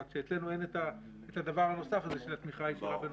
אלא שאצלנו אין את הדבר הנוסף הזה של התמיכה הישירה בנוסף.